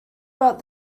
but